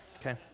okay